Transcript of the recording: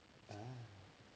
!aiya!